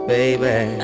Baby